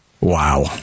Wow